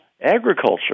agriculture